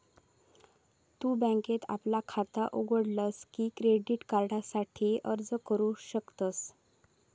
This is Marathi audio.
तु बँकेत आपला खाता उघडलस की क्रेडिट कार्डासाठी अर्ज करू शकतस